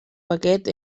paquet